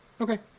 Okay